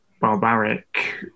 barbaric